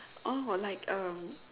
orh like um